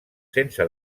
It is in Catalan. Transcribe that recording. sense